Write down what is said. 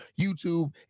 YouTube